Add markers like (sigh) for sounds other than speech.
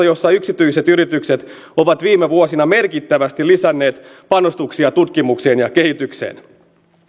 (unintelligible) jossa yksityiset yritykset ovat viime vuosina merkittävästi lisänneet panostuksia tutkimukseen ja kehitykseen